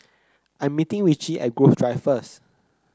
I'm meeting Richie at Grove Drive first